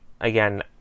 again